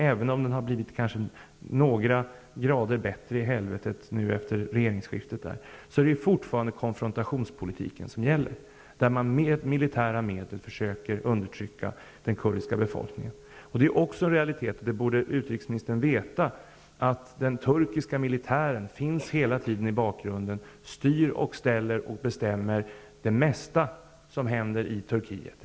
Även om det har blivit några grader behagligare i helvetet efter regeringsskiftet så är det fortfarande konfrontationspolitiken som gäller, där man med militära medel försöker undertrycka den kurdiska befolkningen. Det är också en realitet, vilket utrikesministern borde veta, att den turkiska militären hela tiden finns i bakgrunden, styr och ställer och bestämmer det mesta som händer i Turkiet.